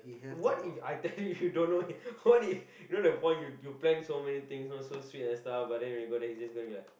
what If I tell you you don't know it what if you know what you plan so many things so sweet and stuff then when you go there it's gonna be like